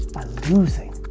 losing.